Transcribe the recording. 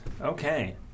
Okay